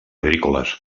agrícoles